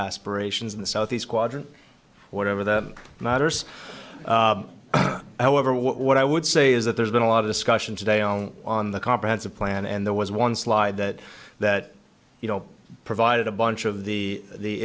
aspirations in the southeast quadrant whatever the matters however what i would say is that there's been a lot of discussion today on on the comprehensive plan and there was one slide that that you know provided a bunch of the the